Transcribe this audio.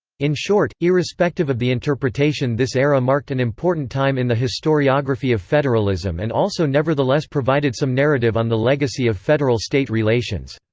in short, irrespective of the interpretation this era marked an important time in the historiography of federalism and also nevertheless provided some narrative on the legacy of federal-state relations.